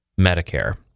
Medicare